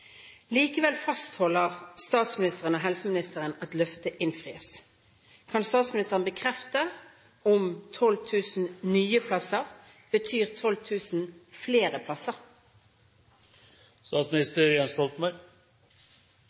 Likevel fastholder statsminister og helseminister at løftet innfris. Kan statsministeren bekrefte om 12 000 nye plasser betyr 12 000 flere plasser?»